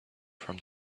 from